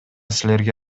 силерге